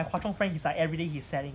hwa chong friend is like everyday he setting